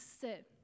sit